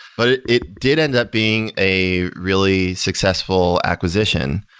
but it it did end up being a really successful acquisition.